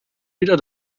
wieder